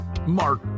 Mark